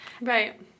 Right